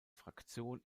fraktion